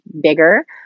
bigger